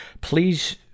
Please